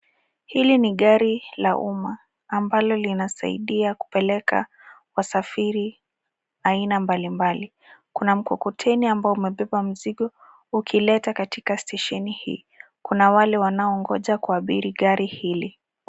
Hili ni gari la umma ambalo linasaidia kupelekea wasafiri aina mbalimbali. Kuna mkokoteni ambao umebeba mzigo ukileta katika stesheni hii. Kuna wale wanaongoja kuabiri gari hili.